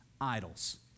idols